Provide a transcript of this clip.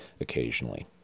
occasionally